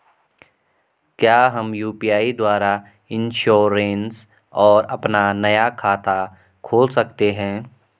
क्या हम यु.पी.आई द्वारा इन्श्योरेंस और अपना नया खाता खोल सकते हैं?